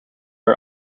are